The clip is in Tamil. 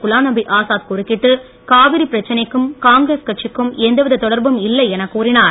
குலாம்நபி ஆசாத் குறுக்கிட்டு காவிரி பிரச்னைக்கும் காங்கிரஸ் கட்சிக்கும் எந்தவித தொடர்பும் இல்லை என கூறினார்